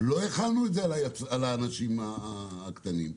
ולא על האנשים הקטנים.